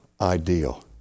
ideal